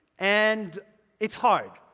and it's hard.